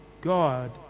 God